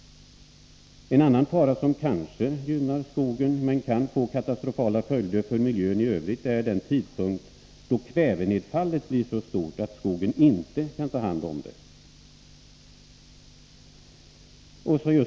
En annan fara, som kanske gynnar skogen men som kan få katastrofala följder för miljön i övrigt, är den tidpunkt då kvävenedfallet blir så stort att skogen inte kan ta hand om det.